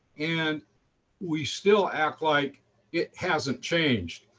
and we still act like it hasn't changed.